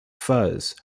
fuzz